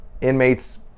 inmates